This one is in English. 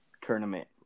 Tournament